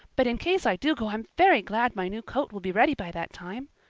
but in case i do go i'm very glad my new coat will be ready by that time.